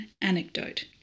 Anecdote